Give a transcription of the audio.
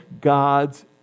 God's